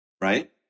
Right